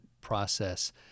process